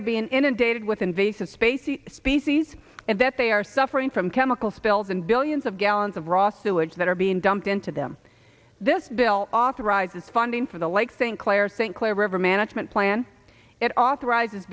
are being inundated with invasive spacy species and that they are suffering from chemical spills and billions of gallons of raw sewage that are being dumped into them this bill authorizes funding for the like think claire think clever management plan it authorizes